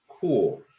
cool